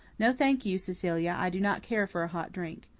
no, thank you, cecilia, i do not care for a hot drink.